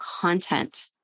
content